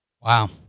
Wow